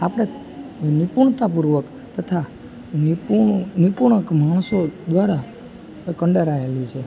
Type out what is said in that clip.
આપણે નિપુણતાપૂર્વક તથા નિપુણ માણસો દ્વારા કંડારાયેલી છે